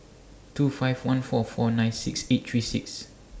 two five one four four nine six eight three six